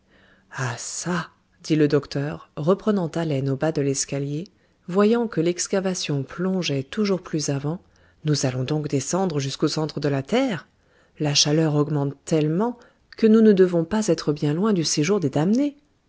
dit le docteur reprenant haleine au bas de l'escalier voyant que l'excavation plongeait toujours plus avant nous allons donc descendre jusqu'au centre de la terre la chaleur augmente tellement que nous ne devons pas être bien loin du séjour des damnés